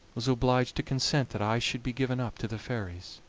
was obliged to consent that i should be given up to the fairies.